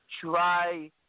try